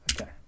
Okay